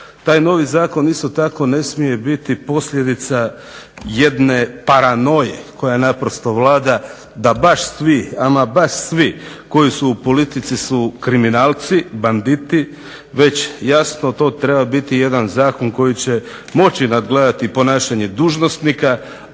Taj novi zakon isto tako ne smije biti posljedica jedne paranoje koja naprosto vlada da baš svi, ama baš svi, koji su u politici su kriminalci, banditi već jasno to treba biti jedan zakon koji će moći nadgledati ponašanje dužnosnika,